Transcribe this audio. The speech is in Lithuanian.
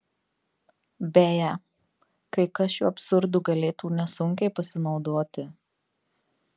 beje kai kas šiuo absurdu galėtų nesunkiai pasinaudoti